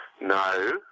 No